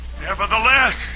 Nevertheless